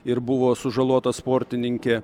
ir buvo sužalota sportininkė